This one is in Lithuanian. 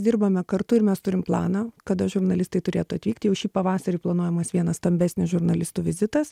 dirbame kartu ir mes turim planą kada žurnalistai turėtų atvykti jau šį pavasarį planuojamas vienas stambesnis žurnalistų vizitas